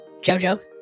Jojo